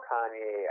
Kanye